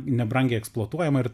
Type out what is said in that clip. nebrangiai eksploatuojama ir